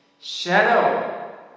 Shadow